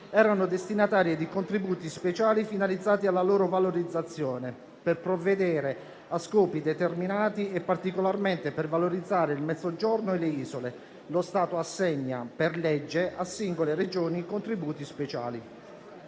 erano destinatarie di contributi speciali finalizzati alla loro valorizzazione. Si stabiliva infatti che «per provvedere a scopi determinati, e particolarmente per valorizzare il Mezzogiorno e le isole, lo Stato assegna per legge a singole Regioni contributi speciali».